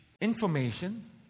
Information